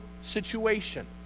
situation